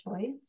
choice